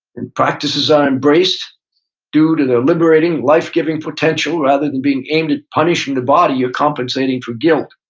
and practices are embraced due to their liberating, life giving potentia. rather than being aimed at punishing the body, you're compensating for guilt.